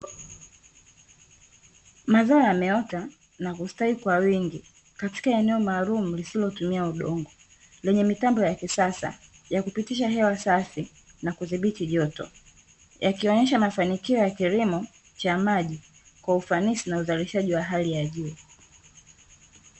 Mazao yameota na kustawi kwa wingi katika eneo maalumu lisilotumia udongo lenye mitambo ya kisasa ya kupitisha hewa safi na kudhibiti joto, yakionyesha mafanikio ya kilimo cha maji kwa ufanisi na uzalishaji wa hali ya juu.